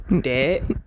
Dead